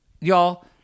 y'all